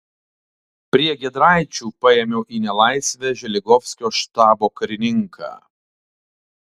prie giedraičių paėmiau į nelaisvę želigovskio štabo karininką